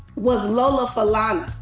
was lola falana.